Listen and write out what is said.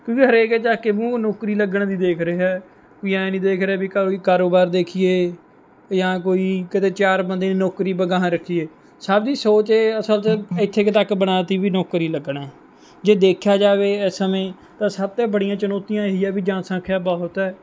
ਕਿਉਂਕਿ ਹਰੇਕ ਹੀ ਚੱਕ ਕੇ ਮੂੰਹ ਨੌਕਰੀ ਲੱਗਣ ਦੀ ਦੇਖ ਰਿਹਾ ਵੀ ਐਂ ਨੀ ਦੇਖ ਰਿਹਾ ਵੀ ਕੋਈ ਕਾਰੋਬਾਰ ਦੇਖੀਏ ਜਾਂ ਕੋਈ ਕਦੇ ਚਾਰ ਬੰਦੇ ਨੂੰ ਨੌਕਰੀ ਪਾ ਗਾਹਾਂ ਰੱਖੀਏ ਸਭ ਦੀ ਸੋਚ ਹੀ ਅਸਲ 'ਚ ਇੱਥੇ ਕੁ ਤੱਕ ਬਣਾ ਦਿੱਤੀ ਵੀ ਨੌਕਰੀ ਲੱਗਣਾ ਜੇ ਦੇਖਿਆ ਜਾਵੇ ਇਸ ਸਮੇਂ ਤਾਂ ਸਭ ਤੋਂ ਬੜੀਆਂ ਚੁਣੌਤੀਆਂ ਇਹ ਹੀ ਹੈ ਵੀ ਜਨਸੰਖਿਆ ਬਹੁਤ ਹੈ